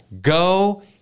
go